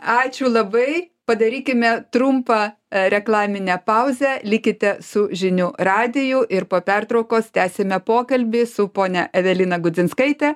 ačiū labai padarykime trumpą a reklaminę pauzę likite su žinių radiju ir po pertraukos tęsime pokalbį su ponia evelina gudzinskaite